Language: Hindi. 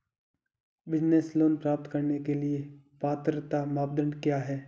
बिज़नेस लोंन प्राप्त करने के लिए पात्रता मानदंड क्या हैं?